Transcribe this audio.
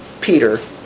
Peter